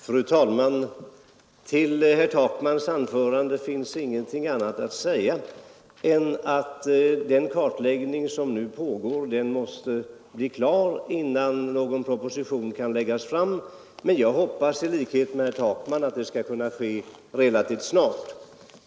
Fru talman! Till herr Takmans anförande finns ingenting annat att säga än att den kartläggning som nu pågår måste bli klar innan någon proposition kan läggas fram. I likhet med herr Takman hoppas jag dock att detta skall kunna ske relativt snart.